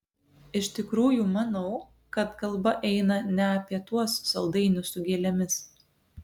iš tikrųjų manau kad kalba eina ne apie tuos saldainius su gėlėmis